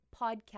PODCAST